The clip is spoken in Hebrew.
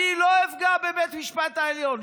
אני לא אפגע בבית המשפט העליון.